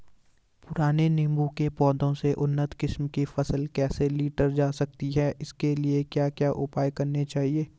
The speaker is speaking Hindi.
पुराने नीबूं के पौधें से उन्नत किस्म की फसल कैसे लीटर जा सकती है इसके लिए क्या उपाय करने चाहिए?